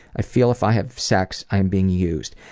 i feel if i have sex i am being used.